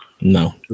No